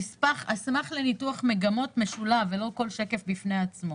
אשמח לניתוח מגמות משולב ולא של כל שקף בפני עצמו.